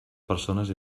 persones